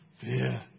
fear